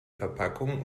verpackung